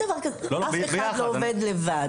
אף אחד לא עובד לבד.